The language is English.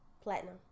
platinum